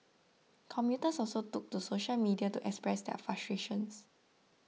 commuters also took to social media to express their frustration